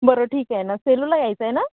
बरं ठीक आहे ना सेलूला यायचं आहे ना